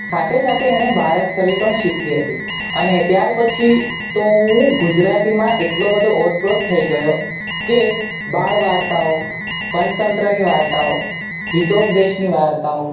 સાથે સાથે એણે બારાક્ષરી પણ શીખવી હતી અને ત્યારપછી તો હું ગુજરાતીમાં એટલો બધો ઓતપ્રોત થઇ ગયો કે બાળ વાર્તાઓ પંચતંત્રની વાર્તાઓ હિતોપદેશની વાર્તાઓ